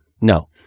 No